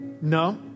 No